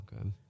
Okay